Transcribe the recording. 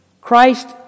Christ